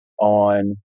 on